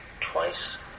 twice